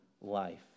life